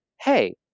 hey